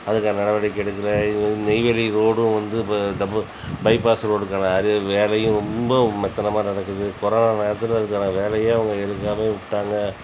அதுக்கான நடவடிக்கை எடுக்கலை நெய்வேலி ரோடும் வந்து இப்போ டபுள் பைபாஸ் ரோடுக்கான வேலையும் ரொம்ப மெத்தனமாக நடக்குது கொரோனா நேரத்தில் அதுக்கான வேலையே அவங்க எடுக்காமலே விட்டாங்க